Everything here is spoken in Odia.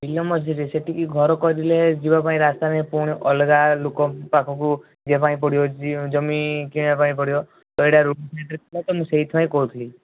ବିଲ ମଝିରେ ସେଠିକି ଘର କରିଲେ ଯିବା ପାଇଁ ରାସ୍ତା ନାହିଁ ପୁଣି ଅଲଗା ଲୋକ ପାଖକୁ ଯିବା ପାଇଁ ପଡ଼ିବ ଜମି କିଣିବା ପାଇଁ ପଡ଼ିବ ତ ଏଇଟା ରୋଡ୍ ସାଇଡ୍ରେ ଥିଲା ତ ମୁଁ ସେଥିପାଇଁ କହୁଥିଲି